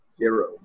Zero